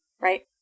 right